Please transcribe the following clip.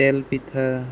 তেলপিঠা